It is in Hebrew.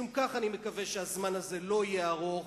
משום כך אני מקווה שהזמן הזה לא יהיה ארוך,